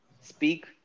speak